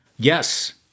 Yes